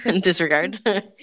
disregard